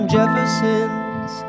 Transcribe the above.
Jefferson's